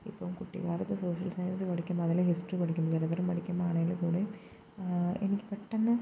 ഇപ്പം കുട്ടിക്കാലത്ത് social science പഠിക്കുമ്പം അതിൽ ഹിസ്റ്ററി പഠിക്കുമ്പോൾ ചരിത്രം പഠിക്കുമ്പോൾ ആണെങ്കിൽ കൂടിയും എനിക്ക് പെട്ടെന്ന്